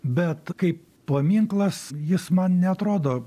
bet kaip paminklas jis man neatrodo